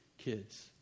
kids